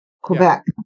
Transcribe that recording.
Quebec